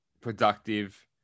productive